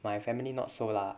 my family not so so lah